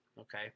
okay